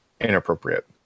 inappropriate